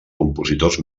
compositors